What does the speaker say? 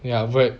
ya but